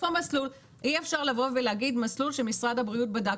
אי אפשר לבוא ולהגיד מסלול שמשרד הבריאות בדק